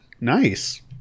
nice